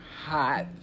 hot